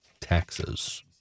taxes